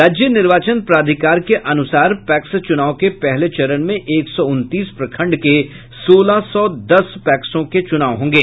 राज्य निर्वाचन प्राधिकार के अनुसार पैक्स चूनाव के पहले चरण में एक सौ उनतीस प्रखंड के सोलह सौ दस पैक्सों के चुनाव होंगे